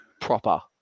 proper